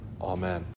Amen